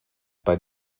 bei